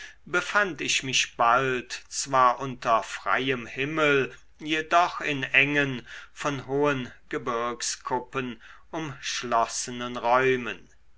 befand ich mich bald zwar unter freiem himmel jedoch in engen von hohen gebirgskuppen umschlossenen räumen